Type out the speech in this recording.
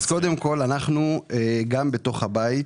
אז קודם כל אנחנו גם בתוך הבית,